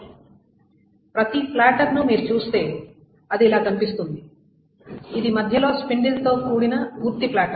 కాబట్టి ప్రతి ప్లాటర్ ను మీరు చూస్తే అది ఇలా కనిపిస్తుంది ఇది మధ్యలో స్పిన్డిల్ తో కూడిన పూర్తి ప్లాటర్